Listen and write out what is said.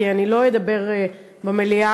כי לא אדבר במליאה,